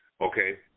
Okay